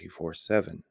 24-7